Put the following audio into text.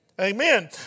Amen